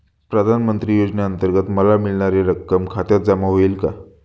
प्रधानमंत्री योजनेअंतर्गत मला मिळणारी रक्कम खात्यात जमा होईल का?